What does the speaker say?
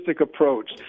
approach